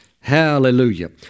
Hallelujah